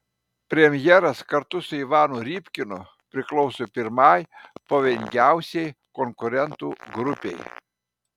premjeras kartu su ivanu rybkinu priklauso pirmai pavojingiausiai konkurentų grupei